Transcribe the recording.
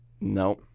no